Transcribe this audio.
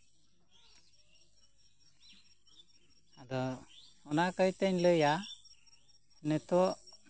ᱟᱫᱚ ᱚᱱᱟ ᱠᱷᱟ ᱛᱤᱨᱛᱮᱧ ᱞᱟᱹᱟᱭᱟ ᱱᱤᱛᱳᱜ